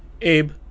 Abe